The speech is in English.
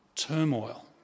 Turmoil